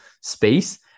space